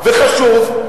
וחשוב,